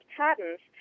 patents